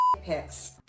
pics